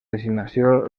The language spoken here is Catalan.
designació